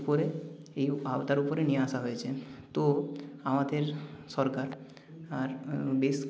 উপরে এই আওতার ওপরে নিয়ে আসা হয়েছে তো আমাদের সরকার আর বেশ